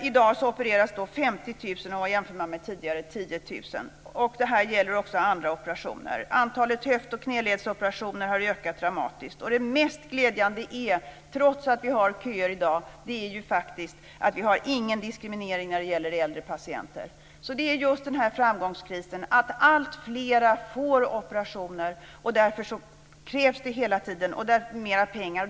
I dag opereras 50 000 mot tidigare 10 000. Detta gäller även andra operationer. Antalet höft och knäledsoperationer har ökat dramatiskt. Och det mest glädjande är, trots att vi har köer i dag, faktiskt att vi inte har någon diskriminering när det gäller äldre patienter. Det handlar alltså om just denna framgångskris, att alltfler opereras. Därför krävs det hela tiden mer pengar.